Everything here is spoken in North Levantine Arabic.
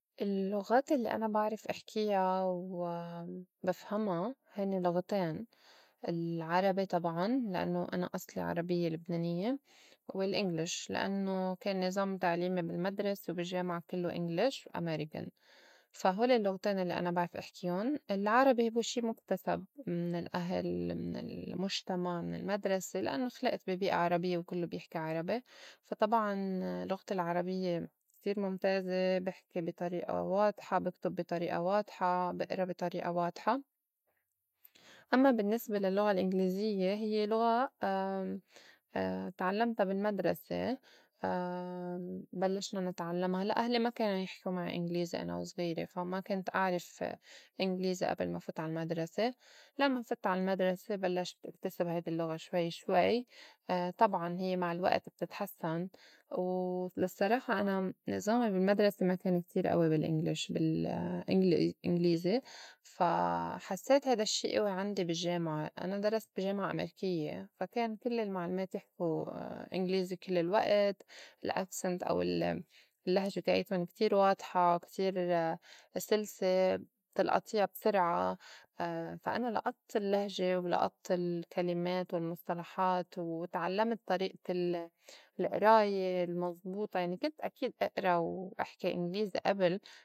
اللّغات اللّي أنا بعرف احكيا وبفهما هنّي لُغتين: العربي طبعاً لإنّو أنا أصلي عربيّة لبنانيّة، وال English لإنّو كان النّظام التّعليمي بالمدرسة وبالجّامعة كلّو English و American. فا هول اللّغتين اللّي أنا بعرف إحكيُن. العربي هوّ شي مُكتسب من الأهل، من المُجتمع، من المدرسة، لإنّو خلقت بي بيئة عربيّة وكلّو بيحكي عربي، فا طبعاً لُغتي العربيّة كتير مُمتازة بحكي بي طريئة واضحة، بكتُب بي طريئة واضحة، بئرا بي طريئة واضحة. أمّا بالنّسبة للُّغة الإنجليزية هي لغة تعلّمتا بالمدرسة بلّشنا نتعلّما. هلأ أهلي ما كانوا يحكوا معي إنجليزي أنا وزغيره فا ما كنت أعرف إنجليزي أبل ما فوت عالمدرسة، لمّا فتت على المدرسة بلّشت اكتسب هيدي اللّغة شوي شوي. طبعاً هيّ مع الوقت بتتحسّن. ولا صّراحة أنا نِظامي بالمدرسة ما كان كتير قوي بال English بال الإنغ- الإنجليزي، فا حسّيت هيدا الشّي إوي عندي بالجّامعة، أنا درست بي جامعة أمريكيّة فا كان كل المعلمات يحكوا إنجليزي كل الوقت، ال accent أو ال- اللّهجة تاعيتُن كتير واضحة كتير سلسة تلقطيا بسرعة. فا أنا لقطت اللّهجة، ولقطت الكلمات والمصطلحات، وتعلّمت طريقة ال- الئراية المزبوطة. يعني كنت أكيد إئرا واحكي إنجليزي أبل.